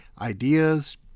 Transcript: ideas